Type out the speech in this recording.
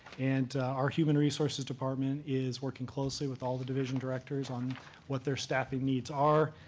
and our human resources department is working closely with all the division directors on what their staffing needs are.